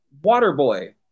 Waterboy